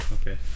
Okay